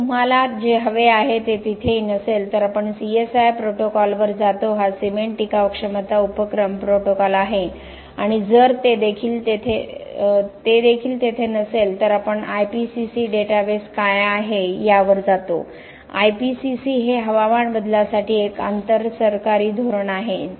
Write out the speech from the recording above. जर तुम्हाला जे हवे आहे ते तिथेही नसेल तर आपण CSI प्रोटोकॉलवर जातो हा सिमेंट टिकाव क्षमता उपक्रम प्रोटोकॉल आहे आणि जर ते देखील तेथे नसेल तर आपण IPCC डेटाबेस काय आहे यावर जातो IPCC हे हवामान बदलासाठी एक आंतर सरकारी धोरण आहे